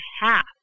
half